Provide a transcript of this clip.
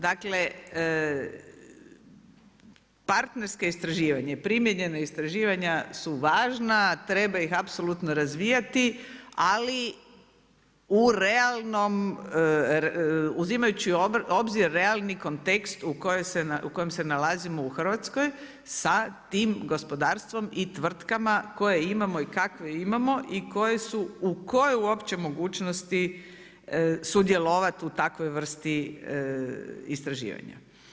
Dakle, partnerska istraživanja i primijenjena istraživanja su važna, treba ih apsolutno razvijati ali u realnom, uzimajući u obzir realni kontekst u kojem se nalazimo u Hrvatskoj sa tim gospodarstvom i tvrtkama koje imamo i kakve imamo i tko je uopće u mogućnosti sudjelovati u takvoj vrsti istraživanja.